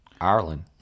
ireland